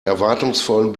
erwartungsvollen